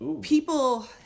people